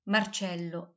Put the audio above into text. Marcello